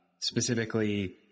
Specifically